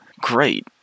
Great